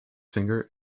finger